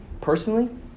personally